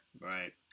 Right